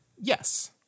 yes